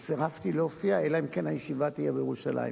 סירבתי להופיע אלא אם כן הישיבה תהיה בירושלים.